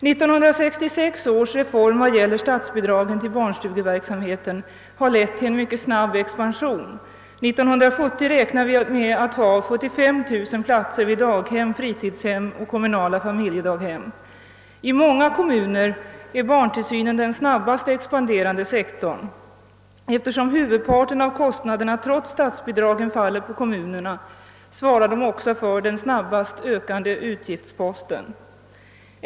Vad gäller statsbidrag till barnstugeverksamheten har 1966 års reform lett till en mycket snabb expansion. År 1970 räknar vi med att ha 75 000 platser vid daghem, fritidshem och kommunala familjedaghem. I många kommuner är barntillsynen den snabbast expanderande sektorn. Eftersom huvudparten av kostnaderna trots statsbidragen faller på kommunerna, är den också på många håll den hastigast ökande utgiftsposten.